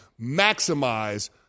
maximize